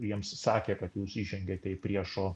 jiems sakė kad jūs įžengiate į priešo